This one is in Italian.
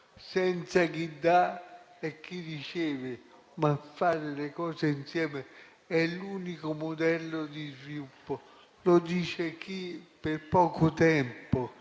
tra chi dà e chi riceve, ma facendo le cose insieme, è l'unico modello di sviluppo. Dice ciò chi, per poco tempo,